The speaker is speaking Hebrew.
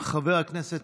חבר הכנסת